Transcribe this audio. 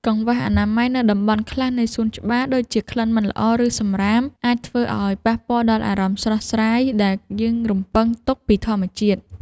កង្វះអនាម័យនៅតំបន់ខ្លះនៃសួនច្បារ ដូចជាក្លិនមិនល្អ ឬសម្រាម អាចធ្វើឱ្យប៉ះពាល់ដល់អារម្មណ៍ស្រស់ស្រាយដែលយើងរំពឹងទុកពីធម្មជាតិ។